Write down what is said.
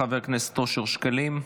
חבר הכנסת אושר שקלים,